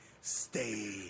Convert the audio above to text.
Stay